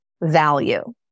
value